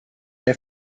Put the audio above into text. der